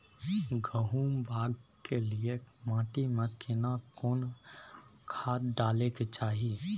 गहुम बाग के लिये माटी मे केना कोन खाद डालै के चाही?